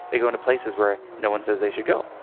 they go into places where no one says they should go.